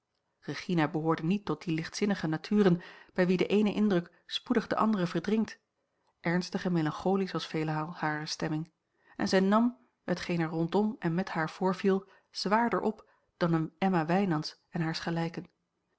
regina behoorde niet tot die lichtzinnige naturen bij wie de eene indruk spoedig den andere verdringt ernstig en melancholisch was veelal hare stemming zij nam hetgeen er rondom en met haar voorviel zwaarder op dan eene emma wijnands en haars gelijken